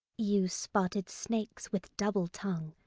you spotted snakes with double tongue,